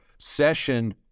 session